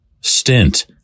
stint